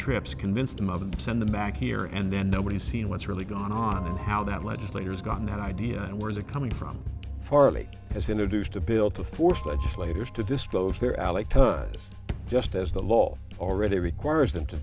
trips convince them up and send them back here and then nobody seen what's really gone on and how that legislators gone that idea and where is it coming from farley as introduced a bill to force legislators to dispose their alec does just as the law already requires them to